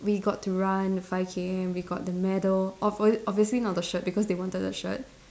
we got to run five K_M we got the medal obv~ obviously not the shirt because they wanted the shirt